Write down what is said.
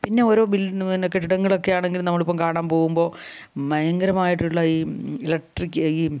പിന്നെ ഓരോ പിന്നെ കെട്ടിടങ്ങളൊക്കെ ആണെങ്കിലും നമ്മളിപ്പം കാണാൻ പോകുമ്പോൾ ഭയങ്കരമായിട്ടുള്ള ഈ ഇലക്ട്രിക്ക് ഈ